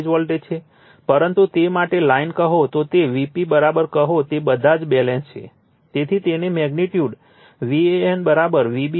પરંતુ તે માટે લાઇન કહો તો તે Vp કહો કે તે બધા બેલેન્સ છે તેથી તેની મેગ્નિટ્યુડ VAN VBN VCN છે